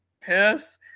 Piss